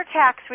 tax